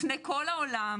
לפני כל העולם,